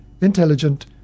intelligent